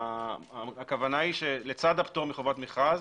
-הכוונה היא שלצד הפטור מחובת מכרז